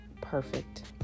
perfect